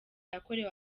yakorewe